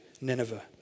Nineveh